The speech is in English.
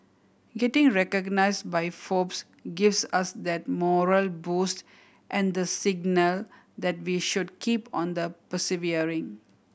getting recognised by Forbes gives us that morale boost and the signal that we should keep on the persevering